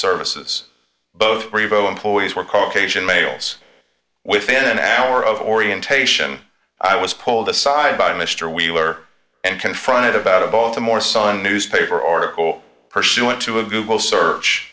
services both ribault employees were caucasian males within an hour of orientation i was pulled aside by mr wheeler and confronted about a baltimore sun newspaper article pursuant to a google search